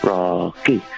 Rocky